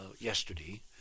yesterday